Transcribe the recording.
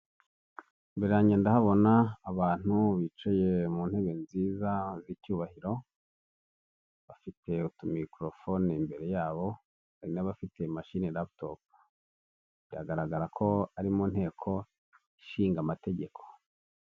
Imbere yange ndahabona abantu bicaye mu ntebe nziza z'icyubahiro, bafite utumikorofone imbere yabo, hari n'abafite imashini laputopu, biragaragara ko ari mu nteko nshinga amategeko.